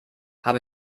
habe